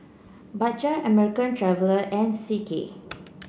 Bajaj American Traveller and C K